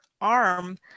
arm